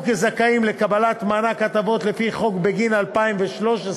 כזכאים לקבלת מענק הטבות לפי החוק בגין 2013,